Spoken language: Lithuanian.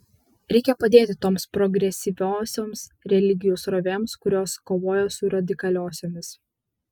reikia padėti toms progresyviosioms religijų srovėms kurios kovoja su radikaliosiomis